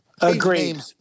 Agreed